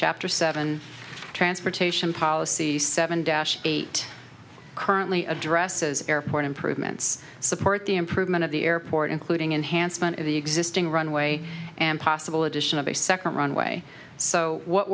chapter seven transportation policy seven dash eight currently addresses airport improvements support the improvement of the airport including enhanced fun in the existing runway and possible addition of a second runway so what